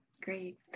Great